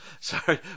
sorry